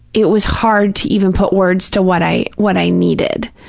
it was hard to even put words to what i what i needed.